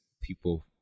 people